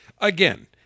Again